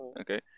Okay